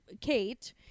Kate